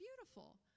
beautiful